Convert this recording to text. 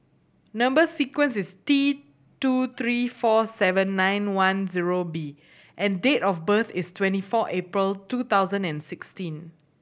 number sequence is T two three four seven nine one zero B and date of birth is twenty four April two thousand and sixteen